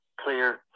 clear